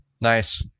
Nice